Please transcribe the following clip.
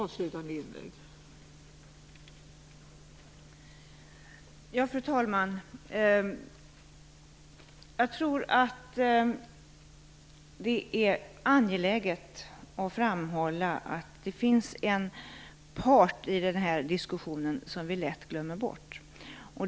Fru talman! Jag tror det är angeläget att framhålla att det finns en part i den här diskussionen som vi lätt glömmer bort.